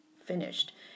finished